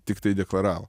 tiktai deklaravo